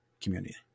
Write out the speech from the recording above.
community